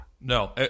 No